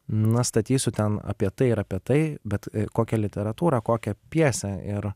na statysiu ten apie tai ir apie tai bet kokią literatūrą kokią pjesę ir